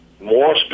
more